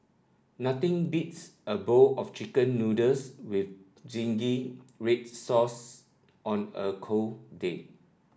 nothing beats a bowl of chicken noodles with zingy red sauce on a cold day